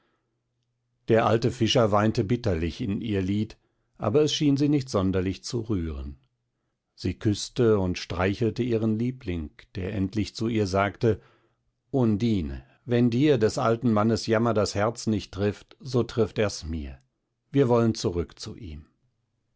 der alte fischer weinte bitterlich in ihr lied aber es schien sie nicht sonderlich zu rühren sie küßte und streichelte ihren liebling der endlich zu ihr sagte undine wenn dir des alten mannes jammer das herz nicht trifft so trifft er's mir wir wollen zurück zu ihm